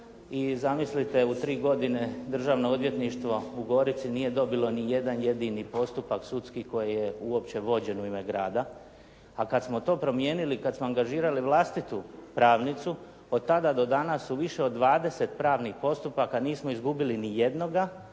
I zamislite, u tri godine Državno odvjetništvo u Gorici nije dobilo ni jedan jedini postupak sudski koji je uopće vođen u ime grada a kad smo to promijenili, kad smo angažirali vlastitu pravnicu od tada do danas su više od 20 pravnih postupaka, nismo izgubili nijednoga